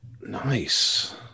Nice